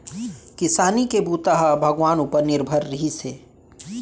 किसानी के बूता ह भगवान उपर निरभर रिहिस हे